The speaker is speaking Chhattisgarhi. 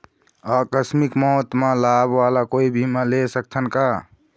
आकस मिक मौत म लाभ वाला कोई बीमा ले सकथन का?